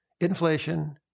Inflation